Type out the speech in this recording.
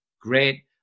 Great